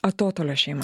atotolio šeima